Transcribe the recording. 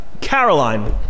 Caroline